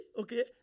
okay